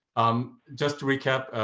um just to recap,